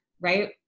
right